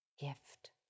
gift